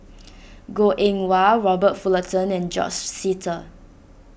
Goh Eng Wah Robert Fullerton and George Sita